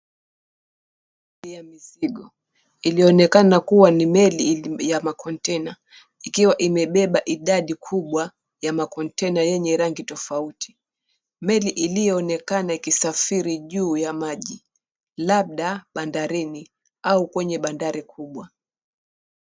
Ya mizigo. Ilionekana kuwa ni meli ya makontena ikiwa imebeba idadi kubwa ya makontena yenye rangi tofauti meli iliyoonekana ikisafiri juu ya maji labda bandarini au kwenye bandari kubwa